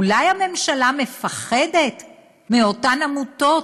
אולי הממשלה מפחדת מאותן עמותות,